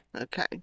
Okay